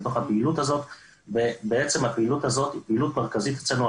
הפעילות הזאת היא מרכזית אצלנו,